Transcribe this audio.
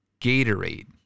Gatorade